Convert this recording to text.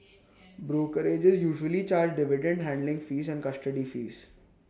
brokerages usually charge dividend handling fees and custody fees